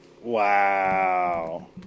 Wow